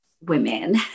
women